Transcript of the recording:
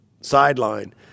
sideline